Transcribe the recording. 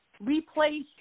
replace